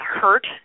hurt